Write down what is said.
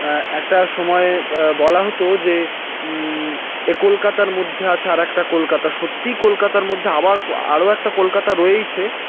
একটা সময়ে বলা হতো যে এ কলকাতার মধ্যে আছে আরেকটা কলকাতা সত্যিই কলকাতার মধ্যে আবার আরও একটা কলকাতা রয়েইছে